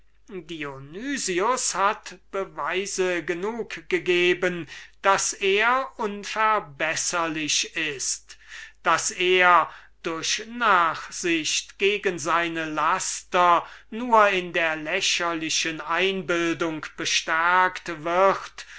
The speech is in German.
hat beweise genug gegeben daß er unverbesserlich ist und durch die nachsicht gegen seine laster nur in der lächerlichen einbildung bestärkt wird